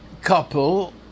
couple